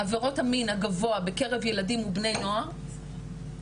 בעירות המין הגבוה בקרב ילדים ובני נוער והדבר